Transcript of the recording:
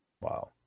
Wow